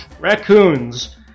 Raccoons